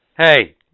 hey